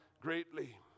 greatly